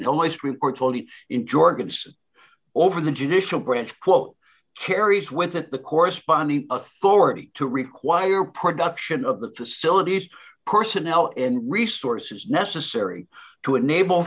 georgia is over the judicial branch quote carries with it the corresponding authority to require production of the facilities personnel and resources necessary to enable